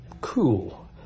cool